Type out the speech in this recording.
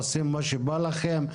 עושים מה שבא לכם,